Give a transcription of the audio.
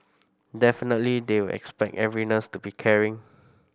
definitely they will expect every nurse to be caring